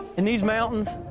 in these mountains,